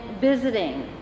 visiting